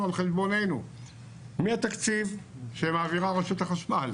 על חשבוננו מהתקציב שמעבירה רשות החשמל,